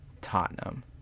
Tottenham